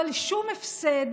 אבל שום הפסד